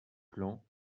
plan